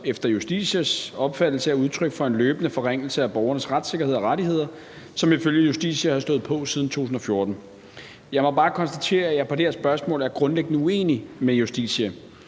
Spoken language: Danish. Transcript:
efter Justitias opfattelse er udtryk for en løbende forringelse af borgernes retssikkerhed og rettigheder, som ifølge Justitia har stået på siden 2014. Jeg må bare konstatere, at jeg i det her spørgsmål er grundlæggende uenig med Justitia.